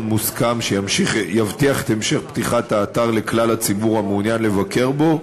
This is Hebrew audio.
מוסכם שיבטיח את המשך פתיחת האתר לכלל הציבור המעוניין לבקר בו,